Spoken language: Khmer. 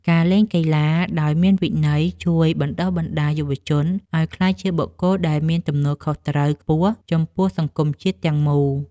ការលេងកីឡាដោយមានវិន័យជួយបណ្តុះបណ្តាលយុវជនឱ្យក្លាយជាបុគ្គលដែលមានទំនួលខុសត្រូវខ្ពស់ចំពោះសង្គមជាតិទាំងមូល។